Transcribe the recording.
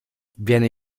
viene